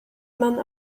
man